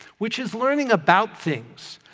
which is learning about things.